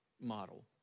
model